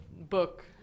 book